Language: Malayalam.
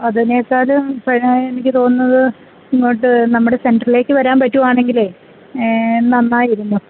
അതിനേക്കാളിലും പിന്നെ എനിക്ക് തോന്നുന്നത് ഇങ്ങോട്ട് നമ്മുടെ സെൻ്റെറിലേക്കു വരാൻ പറ്റുവാണെങ്കിലേ നന്നായിരുന്നു